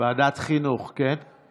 לוועדת חינוך, כן?